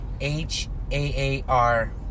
H-A-A-R-